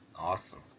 Awesome